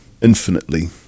infinitely